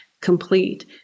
complete